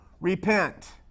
repent